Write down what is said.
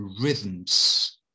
rhythms